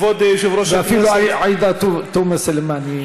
במיוחד, ואפילו עאידה תומא סלימאן.